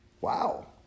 Wow